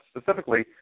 Specifically